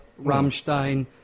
Rammstein